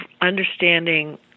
understanding